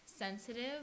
sensitive